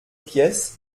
pièces